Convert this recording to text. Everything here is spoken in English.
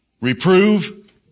Reprove